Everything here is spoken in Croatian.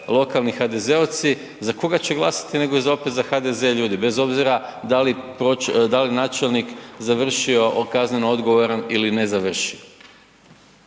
lokalni HDZ-ovci za koga će glasati nego opet za HDZ ljudi, bez obzira da li načelnik završio kazneno odgovoran ili ne završio.